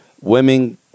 women